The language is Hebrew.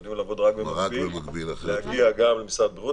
אנחנו יודעים לעבוד רק במקביל להגיע גם למשרד הבריאות